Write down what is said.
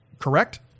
correct